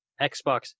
Xbox